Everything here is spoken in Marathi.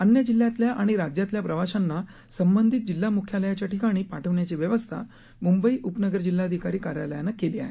अन्य जिल्ह्यातल्या आणि राज्यातल्या प्रवाशांना संबंधित जिल्हा मुख्यालयाच्या ठिकाणी पाठवण्याची व्यवस्था मुंबई उपनगर जिल्हाधिकारी कार्यालयानं केली आहे